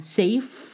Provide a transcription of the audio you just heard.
safe